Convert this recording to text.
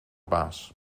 baas